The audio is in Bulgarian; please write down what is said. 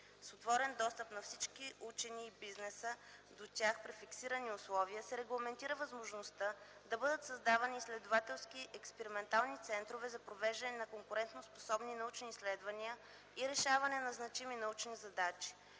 с отворен достъп на всички учени и бизнеса до тях при фиксирани условия”, се регламентира възможността да бъдат създавани изследователски експериментални центрове за провеждане на конкурентоспособни научни изследвания и решаване на значими научни задачи.